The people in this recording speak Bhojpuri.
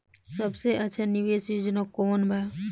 सबसे अच्छा निवेस योजना कोवन बा?